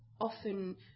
often